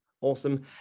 Awesome